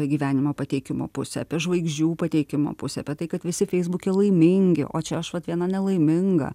gyvenimo pateikimo pusę apie žvaigždžių pateikimo pusę apie tai kad visi feisbuke laimingi o čia aš vat viena nelaiminga